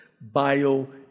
bio